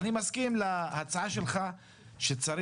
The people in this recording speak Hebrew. אני מסכים להצעה שלך שצריך